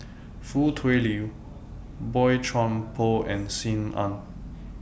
Foo Tui Liew Boey Chuan Poh and SIM Ann